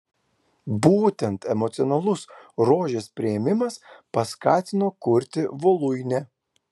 būtent emocionalus rožės priėmimas paskatino kurti voluinę